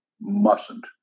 mustn't